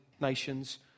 nations